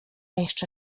jeszcze